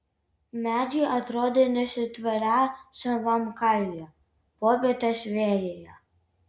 medžiai atrodė nesitverią savam kailyje popietės vėjyje